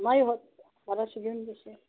नाही होत बाराशे घेऊन घे तर